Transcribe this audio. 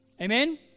Amen